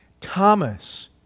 Thomas